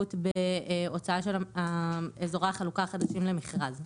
חשיבות בהוצאה של אזורי החלוקה החדשים למכרז.